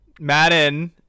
Madden